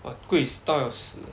what 贵到要死